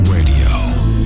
Radio